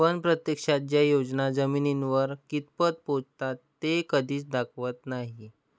पण प्रत्यक्षात ज्या योजना जमिनींवर कितपत पोहोचतात ते कधीच दाखवत नाही